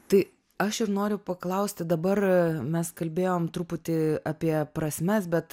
tai aš ir noriu paklausti dabar mes kalbėjom truputį apie prasmes bet